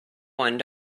one